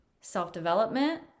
self-development